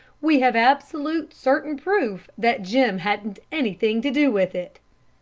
we have absolute, certain proof that jim hadn't anything to do with it.